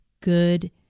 good